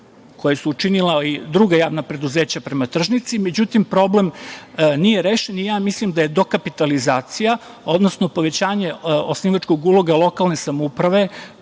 koja su učinila druga javna preduzeća prema tržnici, međutim, problem nije rešen i ja mislim da je dokapitalizacija odnosno povećanje osnivačkog uloga lokalne samouprave